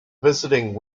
visiting